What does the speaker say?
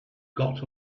got